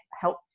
help